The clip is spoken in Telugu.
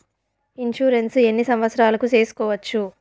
ఇన్సూరెన్సు ఎన్ని సంవత్సరాలకు సేసుకోవచ్చు?